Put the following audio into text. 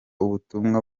ubutumwa